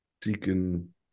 deacon